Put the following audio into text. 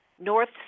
North